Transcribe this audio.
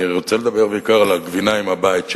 אני רוצה לדבר בעיקר על הגבינה עם הבית,